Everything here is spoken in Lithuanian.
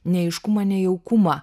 neaiškumą nejaukumą